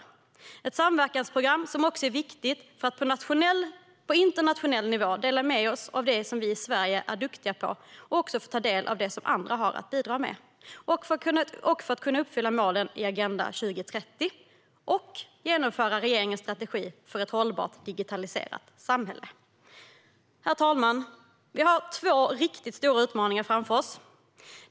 Det är ett samverkansprogram som också är viktigt för att vi på internationell nivå ska kunna dela med oss av det som vi i Sverige är duktiga på och för att vi ska kunna ta del av det som andra har att bidra med. Det handlar även om att kunna uppfylla målen i Agenda 2030 och att genomföra regeringens strategi för ett hållbart digitaliserat samhälle. Herr talman! Vi har två riktigt stora utmaningar framför oss.